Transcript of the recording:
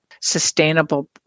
sustainable